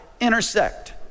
intersect